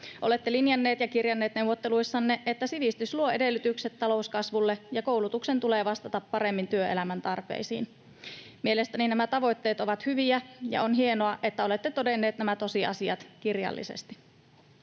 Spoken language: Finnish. Olette linjanneet ja kirjanneet neuvotteluissanne, että sivistys luo edellytykset talouskasvulle ja koulutuksen tulee vastata paremmin työelämän tarpeisiin. Mielestäni nämä tavoitteet ovat hyviä, ja on hienoa, että olette todenneet nämä tosiasiat kirjallisesti.